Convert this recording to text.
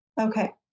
okay